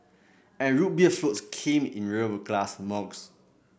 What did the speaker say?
and Root Beer floats came in real glass mugs